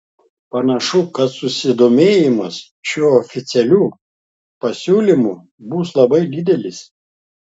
panašu kad susidomėjimas šiuo oficialiu pasiūlymu bus labai didelis